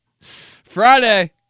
Friday